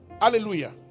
Hallelujah